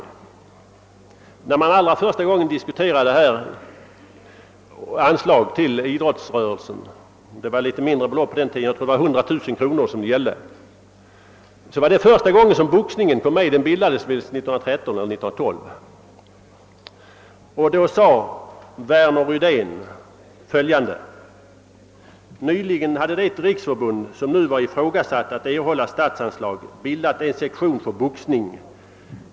Det år som detta anslag för första gången diskuterades — jag tror att det på den tiden rörde sig om 100000 kronor — var också första gången som boxningen kom med. Boxningsförbundet bildades år 1913. Då yttrade Värner Rydén bl.a. följande — jag citerar uttalandet sådant det återgivits i en tidningsartikel: »Nyligen hadet det riksförbund, som nu var i frågasatt att erhålla statsanslag, bildat en sektion för boxning.